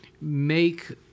make